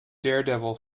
daredevil